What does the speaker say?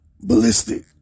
ballistic